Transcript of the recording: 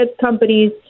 companies